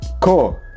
cool